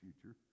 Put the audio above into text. future